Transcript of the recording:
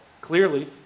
Clearly